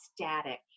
static